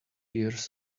years